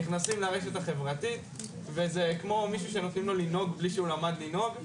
נכנסים לרשת החברתית וזה כמו שנותנים למישהו לנהוג בלי שהוא למד לנהוג.